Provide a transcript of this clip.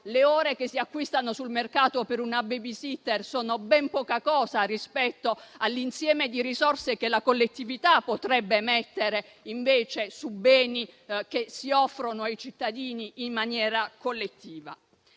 le ore che si acquistano sul mercato per una *baby sitter* sono ben poca cosa rispetto all'insieme di risorse che la collettività potrebbe mettere invece su beni che si offrono ai cittadini in maniera collettiva.